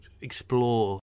explore